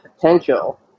potential